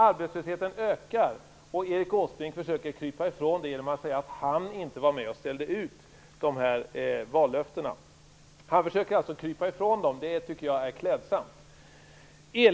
Arbetslösheten ökar och Erik Åsbrink försöker krypa ifrån det genom att säga att han inte var med och ställde ut dessa vallöften. Han försöker alltså krypa ifrån dem. Det tycker jag är klädsamt.